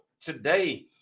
today